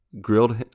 grilled